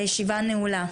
הישיבה נעולה.